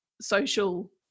social